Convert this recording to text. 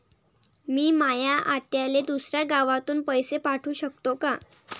मी माया आत्याले दुसऱ्या गावातून पैसे पाठू शकतो का?